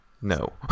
no